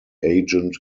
agent